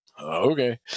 Okay